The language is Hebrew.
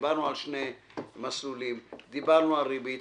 דיברנו על שני מסלולים, דיברנו על ריבית.